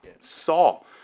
Saul